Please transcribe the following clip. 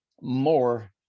more